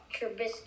Trubisky